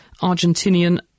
Argentinian